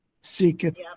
seeketh